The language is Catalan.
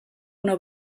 una